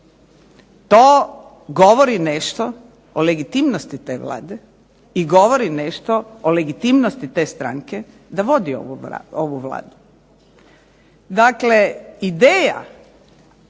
to govori nešto o legitimnosti te Vlade i govori o legitimnosti te stranke da vodi ovu Vladu. Dakle, ideja